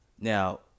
now